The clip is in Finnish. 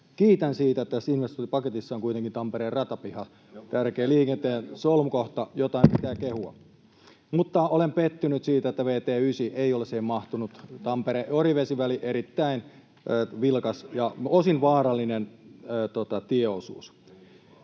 kiitän siitä, että tässä investointipaketissa on kuitenkin Tampereen ratapiha, tärkeä liikenteen solmukohta. [Petri Huru: Joku sentään kiittääkin oppositiosta!] — Jotain pitää kehua. Mutta olen pettynyt siitä, että vt 9 ei ole siihen mahtunut, Tampere—Orivesi-väli on erittäin vilkas ja osin vaarallinen tieosuus.